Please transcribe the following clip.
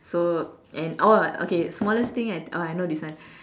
so and orh okay smallest thing I oh I know this one